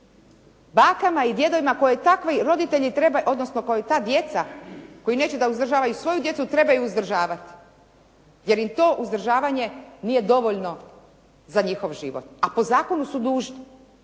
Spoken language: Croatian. Bakama i djedovima koje takvi roditelji, odnosno koje ta djeca koju neće da uzdržavaju svoju djecu trebaju uzdržavati, jer im to uzdržavanje nije dovoljno za njihov život. A po zakonu su dužni.